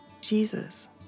Jesus